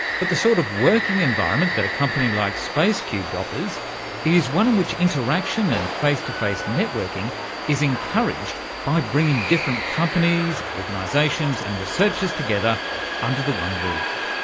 but the sort of working environment that a company like spacecubed offers is one in which interaction and face-to-face networking is encouraged by bringing different, companies, organisations and researchers together under the one roof.